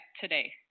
today